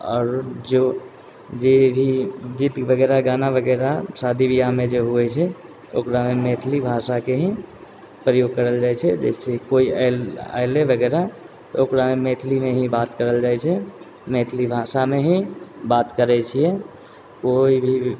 आउर जो जे भी गीत वगैरह गाना वगैरह शादी बियाहमे जे होइ छै ओकरामे मैथिली भाषाके ही प्रयोग करल जाइछे जाहिसँ कोई आयल एले वगैरह तऽ ओकरासँ मैथिलीमे ही बात करल जाइ छै मैथिली भाषामे ही बात करै छियै कोई भी